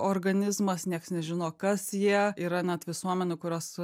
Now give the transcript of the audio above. organizmas nieks nežino kas jie yra net visuomenių kurios